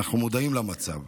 אנחנו מודעים למצב,